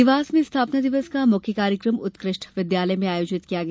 देवास में स्थापना दिवस का मुख्य कार्यक्रम उत्कृष्ट विद्यालय में आयोजित किया गया